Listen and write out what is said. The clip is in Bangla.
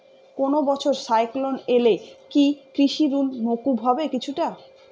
কোনো বছর সাইক্লোন এলে কি কৃষি ঋণ মকুব হবে কিছুটা?